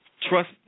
Trust